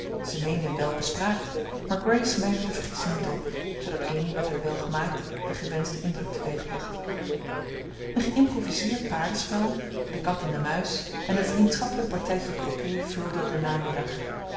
zij meende welbespraakt maar grace merkte de vergissing niet op zoodat amy met haar welgemaakt den gewenschten indruk teweegbracht een geïmproviseerd paardenspel de kat en de muis en een vriendschappelijk partijtje crocket vulden den